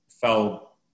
fell